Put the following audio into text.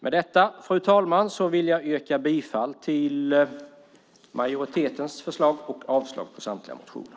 Med detta, fru talman, vill jag yrka bifall till majoritetens förslag och avslag på samtliga motioner.